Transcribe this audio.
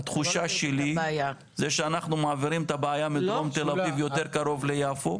התחושה שלי היא שאנחנו מעבירים את הבעיה מדרום תל אביב ליותר קרוב ליפו.